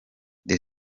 the